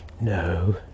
No